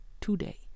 today